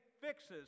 fixes